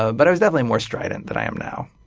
ah but i was definitely more strident than i am now.